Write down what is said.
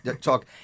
talk